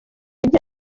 agira